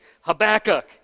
Habakkuk